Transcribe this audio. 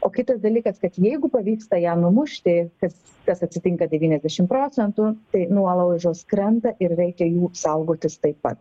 o kitas dalykas kad jeigu pavyksta ją numušti tas kas atsitinka devyniasdešim procentų tai nuolaužos krenta ir reikia jų saugotis taip pat